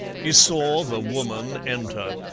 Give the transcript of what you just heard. he saw the woman enter,